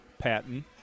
Patton